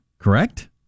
Correct